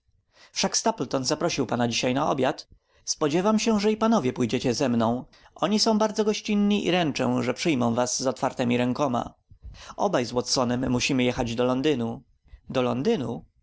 wszak stapleton zaprosił pana dzisiaj na obiad spodziewam się że i panowie pójdziecie ze mną oni są bardzo gościnni i ręczę że przyjmą was z otwartemi rękoma obaj z watsonem musimy jechać do londynu do londynu